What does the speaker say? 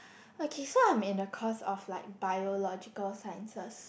okay so I'm in a course of like biological sciences